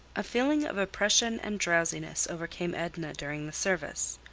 a feeling of oppression and drowsiness overcame edna during the service.